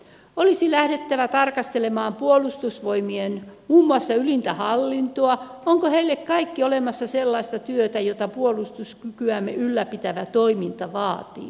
olisi lähdettävä tarkastelemaan muun muassa puolustusvoimien ylintä hallintoa onko heille kaikille olemassa sellaista työtä jota puolustuskykyämme ylläpitävä toiminta vaatii